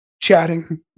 chatting